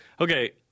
Okay